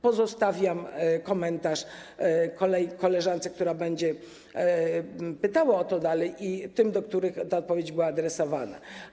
Pozostawiam komentarz koleżance, która będzie pytała o to dalej, i tym, do których ta odpowiedź była adresowana.